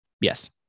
Yes